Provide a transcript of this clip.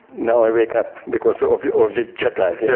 no, i wake up because so of yeah of jetlag. yeah